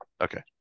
Okay